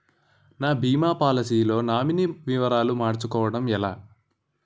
నా భీమా పోలసీ లో నామినీ వివరాలు మార్చటం ఎలా?